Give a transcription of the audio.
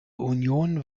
union